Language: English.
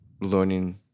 learning